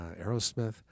Aerosmith